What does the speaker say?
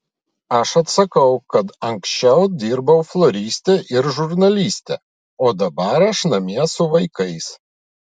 aš atsakau kad anksčiau dirbau floriste ir žurnaliste o dabar aš namie su vaikais